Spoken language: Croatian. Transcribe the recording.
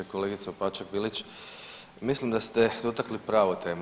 Kolegice Opačak Bilić mislim da ste dotakli pravu temu.